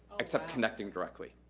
except connecting directly.